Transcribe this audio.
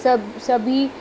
सभु सभी